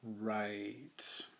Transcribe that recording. Right